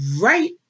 right